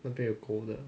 那个有狗的